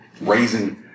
raising